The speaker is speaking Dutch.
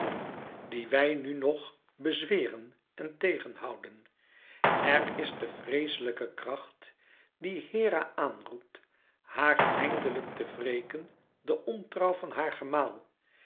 dien wij nù nog bezweren en tegen houden er is de vreeslijke kracht die hera aan roept haar eindelijk te wreken den ontrouw van haar